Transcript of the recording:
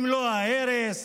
אם לא את ההרס,